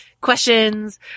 questions